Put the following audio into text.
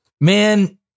man